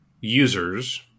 users